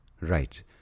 Right